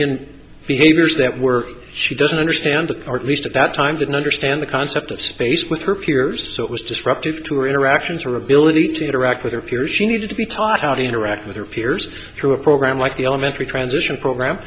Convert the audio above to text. in behaviors that were she doesn't understand the car at least at that time didn't understand the concept of space with her peers so it was disruptive to her interactions her ability to interact with her peers she needed to be taught how to interact with her peers through a program like the elementary transition program